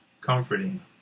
comforting